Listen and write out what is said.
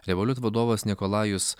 revoliut vadovas nikolajus